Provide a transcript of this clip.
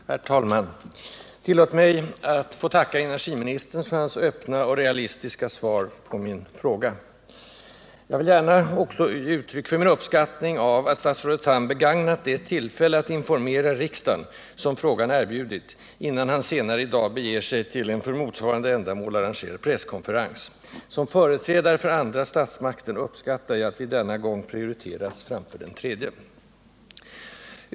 Herr talman! Tillåt mig att tacka energiministern för hans öppna och realistiska svar på min fråga. Jag vill gärna också ge uttryck för min uppskattning av att statsrådet Tham begagnat det tillfälle att informera riksdagen som frågan erbjudit, innan han senare i dag beger sig till en för motsvarande ändamål arrangerad presskonferens. Som företrädare för andra statsmakten uppskattar jag att vi denna gång prioriterats framför den tredje.